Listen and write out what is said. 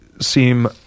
seem